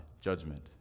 judgment